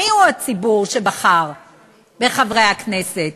מי הוא הציבור שבחר בחברי הכנסת?